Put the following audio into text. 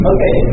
Okay